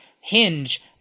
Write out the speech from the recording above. hinge